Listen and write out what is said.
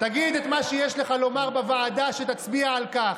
תגיד את מה שיש לך לומר בוועדה שתצביע על כך,